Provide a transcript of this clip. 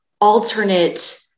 alternate